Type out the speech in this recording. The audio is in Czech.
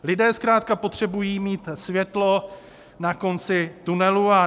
Lidé zkrátka potřebují mít světlo na konci tunelu.